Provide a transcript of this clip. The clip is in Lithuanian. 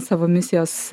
savo misijos